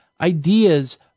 ideas